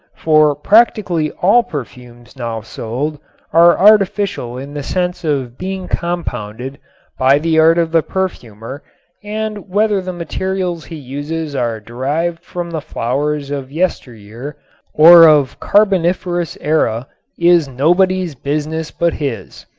for practically all perfumes now sold are artificial in the sense of being compounded by the art of the perfumer and whether the materials he uses are derived from the flowers of yesteryear or of carboniferous era is nobody's business but his.